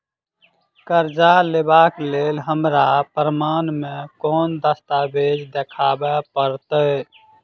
करजा लेबाक लेल हमरा प्रमाण मेँ कोन दस्तावेज देखाबऽ पड़तै?